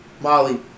Molly